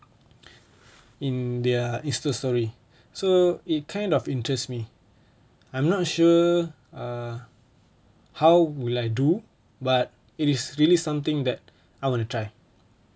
in their insta story so it kind of interests me I'm not sure uh how would I do but it is really something that I want to try